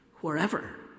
wherever